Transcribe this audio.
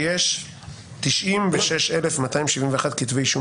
שהוגשו 96,271 כתבי אישום